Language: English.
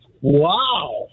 Wow